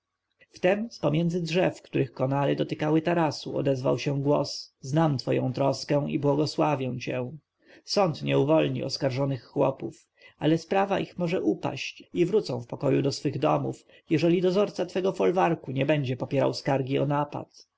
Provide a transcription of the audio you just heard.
wtem z pomiędzy drzew których konary dotykały tarasu odezwał się głos znam twoją troskę i błogosławię cię sąd nie uwolni oskarżonych chłopów ale sprawa ich może upaść i wrócą w pokoju do swych domów jeżeli dozorca twojego folwarku nie będzie popierał skargi o napad